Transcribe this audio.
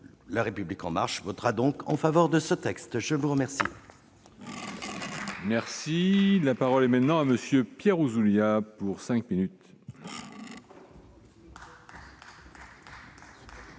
La République en marche votera donc en faveur de ce texte, je vous remercie.